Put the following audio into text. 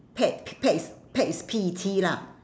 pet pet is pet is P E T lah